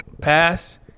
pass